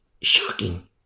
shocking